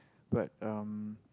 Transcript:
but um